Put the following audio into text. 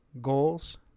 goals